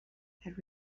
had